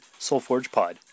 soulforgepod